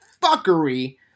fuckery